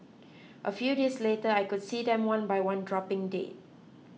a few days later I could see them one by one dropping dead